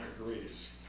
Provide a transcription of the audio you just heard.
agrees